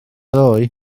ddoe